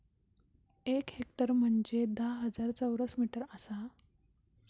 एक हेक्टर म्हंजे धा हजार चौरस मीटर आसा